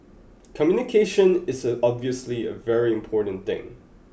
communication is obviously a very important thing